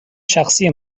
شخصی